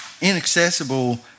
inaccessible